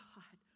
God